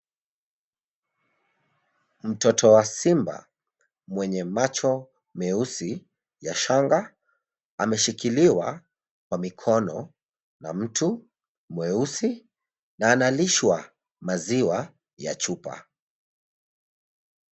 Mtoto wa simba mwenye macho meusi ya shanga ameshikiliwa kwa mikono na mtu mweusi na analishwa maziwa ya chupa.